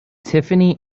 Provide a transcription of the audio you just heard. tiffany